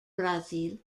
brazil